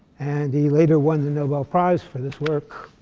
and he later won the nobel prize for this work.